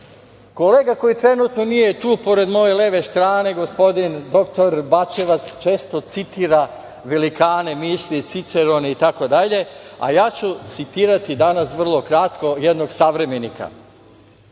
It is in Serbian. koji trenutno nije tu pored moje leve strane, gospodin dr Bačevac, često citira velikane misli, Cicerona itd, a ja ću citirati danas, vrlo kratko, jednog savremenika